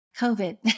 COVID